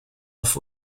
auf